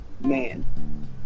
man